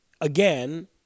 again